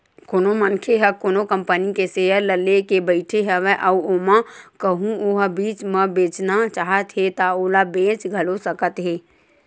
कोनो मनखे ह कोनो कंपनी के सेयर ल लेके बइठे हवय अउ ओला कहूँ ओहा बीच म बेचना चाहत हे ता ओला बेच घलो सकत हे